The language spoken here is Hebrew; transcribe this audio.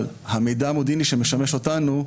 אבל המידע המודיעיני שמשמש אותנו,